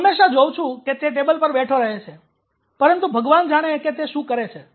હું હંમેશાં જોઉં છું કે તે ટેબલ પર બેઠો રહે છે પરંતુ ભગવાન જાણે છે કે તે શું કરે છે